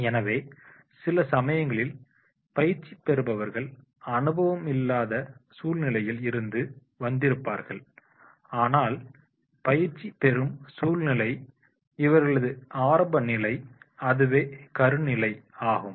எனவே சில சமயங்களில் பயிற்சி பெறுபவர்கள் அனுபவமில்லாத சூழ்நிலையில் இருந்து வந்திருப்பார்கள் ஆனால் பயிற்சிபெறும் சூழ்நிலை இவர்களது ஆரம்பநிலை அதுவே கருநிலை ஆகும்